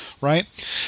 Right